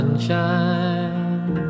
sunshine